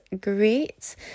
great